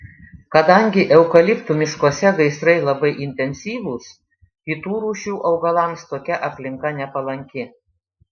kadangi eukaliptų miškuose gaisrai labai intensyvūs kitų rūšių augalams tokia aplinka nepalanki